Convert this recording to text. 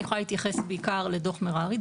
אני יכולה להתייחס בעיקר לדוח מררי,